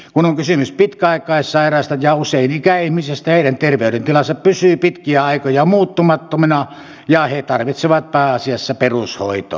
kun on kysymys pitkäaikaissairaista ja usein ikäihmisistä heidän terveydentilansa pysyy pitkiä aikoja muuttumattomana ja he tarvitsevat pääasiassa perushoitoa